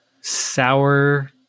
sour